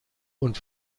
und